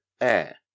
Air